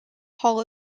hall